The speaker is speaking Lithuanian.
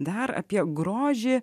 dar apie grožį